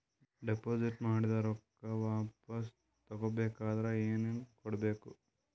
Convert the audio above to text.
Deposit ಮಾಡಿದ ರೊಕ್ಕ ವಾಪಸ್ ತಗೊಬೇಕಾದ್ರ ಏನೇನು ಕೊಡಬೇಕು?